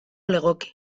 legoke